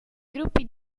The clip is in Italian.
gruppi